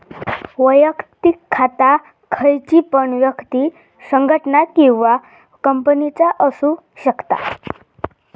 वैयक्तिक खाता खयची पण व्यक्ति, संगठना किंवा कंपनीचा असु शकता